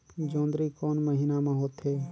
जोंदरी कोन महीना म होथे?